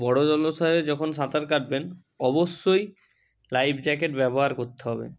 বড় জলাশয়ে যখন সাঁতার কাটবেন অবশ্যই লাইফ জ্যাকেট ব্যবহার করতে হবে